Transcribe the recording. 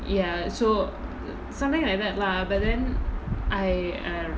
ya so something like that lah but then I err